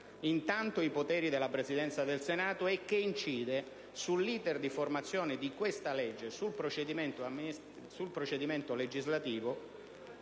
riguarda i poteri della Presidenza del Senato e che incide sull'*iter* di formazione della legge, sul procedimento legislativo.